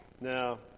Now